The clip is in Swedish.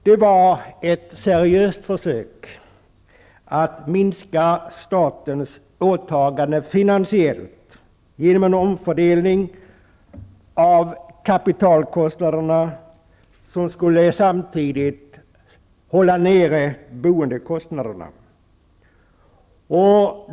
Det var ett seriöst försök att minska statens finansiella åtaganden genom en omfördelning av kapitalkostnaderna som samtidigt skulle hålla boendekostnaderna nere.